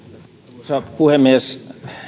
arvoisa puhemies